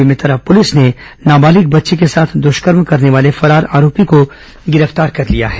Bemetara police ने नाबालिग बच्ची के साथ दुष्कर्म करने वाले फरार आरोपी को गिरफ्तार कर लिया है